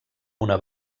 una